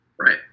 Right